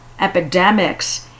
epidemics